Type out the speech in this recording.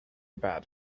bad